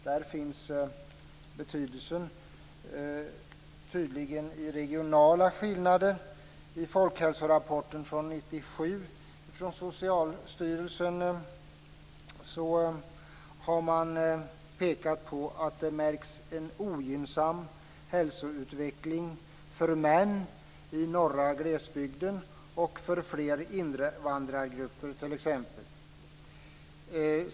Folkhälsorapporten från 1997 från Socialstyrelsen visar att det finns regionala skillnader. Man har pekat på att det märks en ogynnsam hälsoutveckling för t.ex. män i norra glesbygden och för flera invandrargupper.